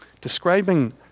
Describing